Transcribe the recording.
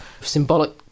symbolic